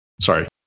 Sorry